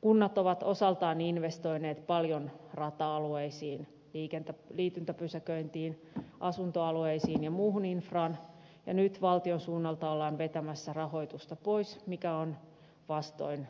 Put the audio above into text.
kunnat ovat osaltaan investoineet paljon rata alueisiin liityntäpysäköintiin asuntoalueisiin ja muuhun infraan ja nyt valtion suunnalta ollaan vetämässä rahoitusta pois mikä on vastoin